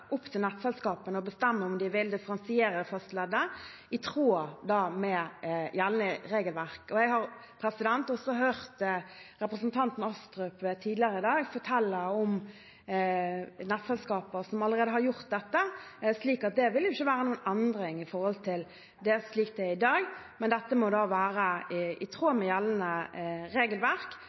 opp til nettselskapene å bestemme om de vil differensiere fastleddet i tråd med gjeldende regelverk. Jeg har tidligere i dag hørt representanten Astrup fortelle om nettselskaper som allerede har gjort dette, så det vil ikke være en endring i forhold til slik det er i dag. Men dette må være i tråd med gjeldende regelverk;